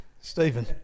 Stephen